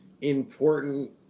important